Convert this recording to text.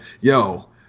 yo